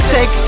Sex